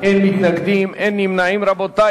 (הארכה בתנאים של זיכיון לשידורי טלוויזיה בערוץ השלישי והסדר חובות),